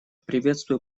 приветствую